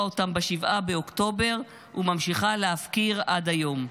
אותם ב-7 באוקטובר וממשיכה להפקיר עד היום.